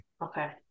okay